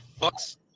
fucks